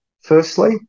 firstly